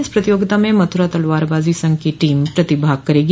इस प्रतियोगिता में मथुरा तलवारबाजी संघ की टीम प्रतिभाग करेगी